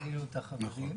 שנית,